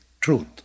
truth